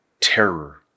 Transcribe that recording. terror